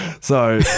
So-